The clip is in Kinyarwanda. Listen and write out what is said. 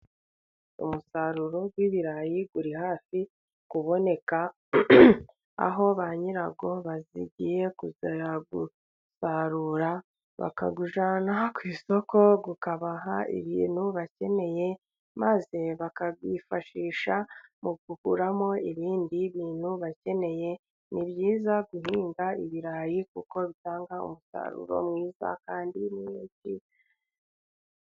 Umusaruro w'ibirayi uri hafi kuboneka aho ba nyirawo bizigiye kuzawusarura bakawujyana ku isoko ukabaha ibintu bakeneye, maze bakabyifashisha mu kuguramo ibindi bintu bakeneye. Ni byiza guhinga ibirayi kuko bitanga umusaruro mwiza kandi mwinshi.